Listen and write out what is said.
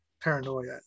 paranoia